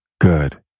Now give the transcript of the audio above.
Good